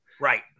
Right